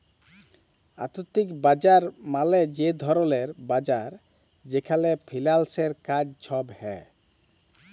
আথ্থিক বাজার মালে যে ধরলের বাজার যেখালে ফিল্যালসের কাজ ছব হ্যয়